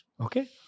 okay